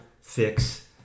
fix